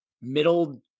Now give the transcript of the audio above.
middle